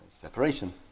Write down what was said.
Separation